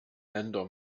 länder